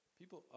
people